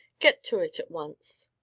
get to it at once.